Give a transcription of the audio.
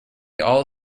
all